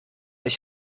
ich